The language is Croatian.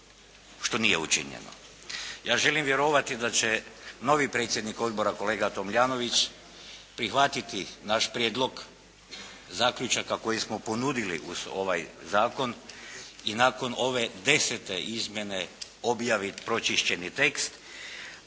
što nije učinjeno. Ja želim vjerovati da će novi predsjednik Odbora kolega Tomljanović, prihvatiti naš prijedlog zaključaka koje smo ponudili uz ovaj Zakon, i nakon ove 10-te izmjene objaviti pročiščeni tekst,